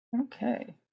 Okay